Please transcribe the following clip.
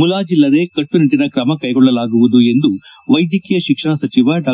ಮುಲಾಜಲ್ಲದೆ ಕಟ್ಟುನಿಟ್ಟಿನ ಕ್ರಮ ಕೈಗೊಳ್ಳಲಾಗುವುದು ಎಂದು ವೈದ್ಯಕೀಯ ಶಿಕ್ಷಣ ಸಚಿವ ಡಾ